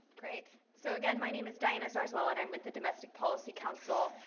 great. so again, my name is diana zarzuela, and i'm with the domestic policy council.